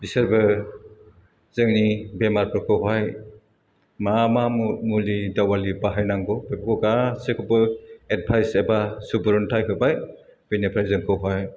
बिसोरबो जोंनि बेमारफोरखौहाय मा मा मु मुलि दावालि बाहायनांगौ बेखौ गासैखौबो एडबायस एबा सुबुरुन्थाइ होबाय बेनिफ्राय जोंखौहाय